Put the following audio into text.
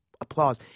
applause